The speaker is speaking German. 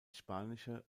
spanische